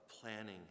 planning